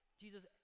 Jesus